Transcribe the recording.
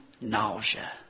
nausea